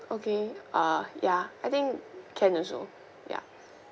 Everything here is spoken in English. okay ah ya I think can also ya